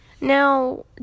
Now